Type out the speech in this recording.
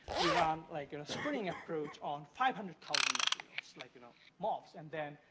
we're on like and a screening approach on five hundred thousand materials, like you know mofs. and then,